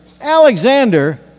Alexander